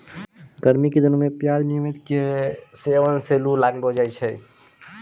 गर्मी के दिनों मॅ प्याज के नियमित सेवन सॅ लू नाय लागै छै